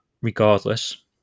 regardless